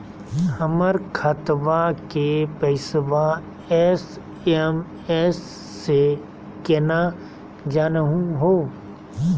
हमर खतवा के पैसवा एस.एम.एस स केना जानहु हो?